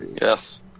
Yes